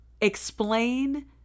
explain